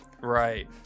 right